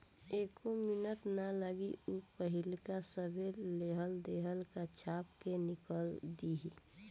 एक्को मिनट ना लागी ऊ पाहिलका सभे लेहल देहल का छाप के निकल दिहि